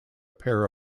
pair